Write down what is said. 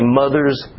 mother's